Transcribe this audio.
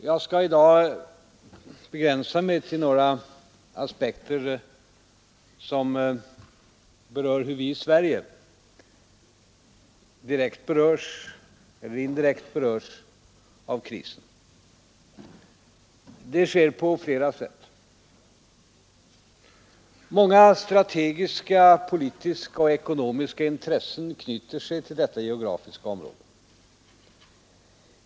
Jag skall i dag begränsa mig till några aspekter på hur vi i Sverige indirekt berörs av krisen. Det sker på flera sätt. Många strategiska, politiska och ekonomiska intressen knyter sig till detta geografiska område.